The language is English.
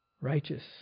righteous